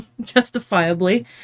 justifiably